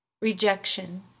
Rejection